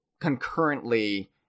concurrently